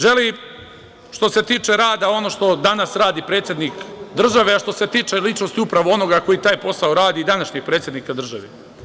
Želi što se tiče rada, ono što danas radi predsednik države, a što se tiče ličnosti, upravo onoga koji taj posao radi i današnji predsednik države.